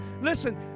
Listen